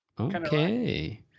okay